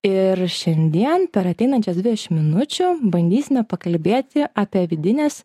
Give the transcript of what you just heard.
ir šiandien per ateinančias dvidešim minučių bandysime pakalbėti apie vidinės